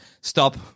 stop